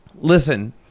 Listen